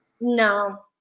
No